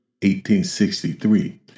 1863